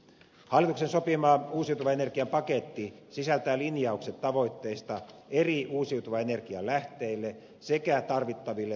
hallituksen sopima uusiutuvan energian paketti sisältää linjaukset tavoitteista uusiutuvan energian eri lähteille sekä tarvittaville taloudellisille ohjauskeinoille